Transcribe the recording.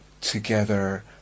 together